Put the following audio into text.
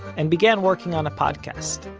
and began working on a podcast.